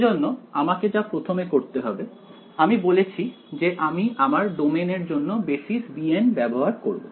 সেজন্য আমাকে যা প্রথমে করতে হবে আমি বলেছি যে আমি আমার ডোমেইন এর জন্য বেসিস bn ব্যবহার করব